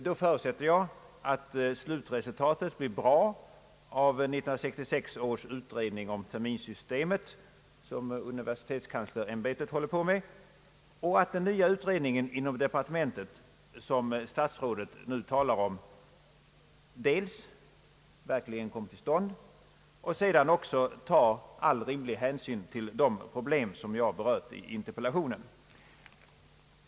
Då förutsätter jag att det blir ett gott slutresultat av 1966 års utredning om terminssystemet, som universitetskanslersämbetet arbetar med, och att den nya utredning inom departementet som statsrådet nu talar om verkligen kommer till stånd samt också tar all rimlig hänsyn till de problem som jag har berört i interpellationen.